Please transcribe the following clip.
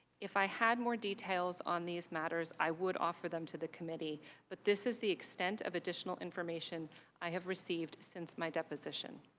if i had more details on these matters, i would offer them to the committee not but this is the extent of additional information i have received since my deposition.